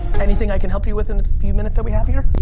anything i can help you with in the few minutes that we have here?